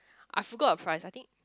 I forgot the price I think